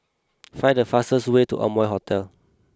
find the fastest way to Amoy Hotel